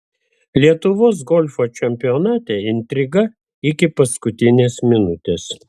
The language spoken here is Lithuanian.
lietuvos golfo čempionate intriga iki paskutinės minutės